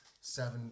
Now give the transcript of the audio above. Seven